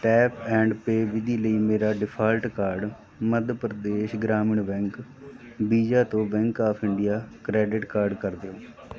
tap and pay ਵਿਧੀ ਲਈ ਮੇਰਾ default card Madhya Pradesh Gramin bank Visa ਤੋਂ bank of India credit card ਕਰ ਦਿਓ